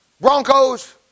Broncos